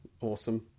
Awesome